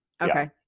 Okay